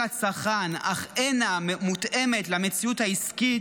הצרכן אך אינה מותאמת למציאות העסקית,